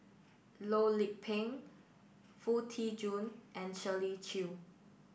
Loh Lik Peng Foo Tee Jun and Shirley Chew